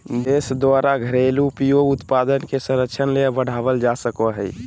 देश द्वारा घरेलू उद्योग उत्पाद के संरक्षण ले बढ़ावल जा सको हइ